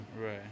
right